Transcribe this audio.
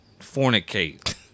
fornicate